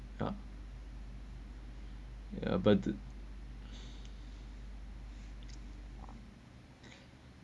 not a budget